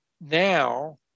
Now